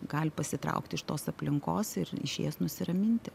gali pasitraukti iš tos aplinkos ir išėjęs nusiraminti